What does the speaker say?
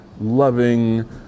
loving